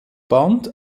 band